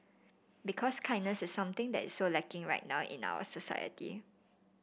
because kindness is something that is so lacking right now in our society